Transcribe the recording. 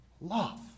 Love